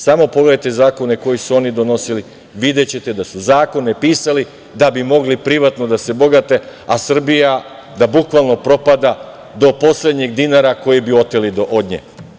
Samo pogledajte zakone koje su oni donosili, videćete da su zakone pisali da bi mogli privatno da se bogate, a Srbija da bukvalno propada do poslednjeg dinara koji bi oteli od nje.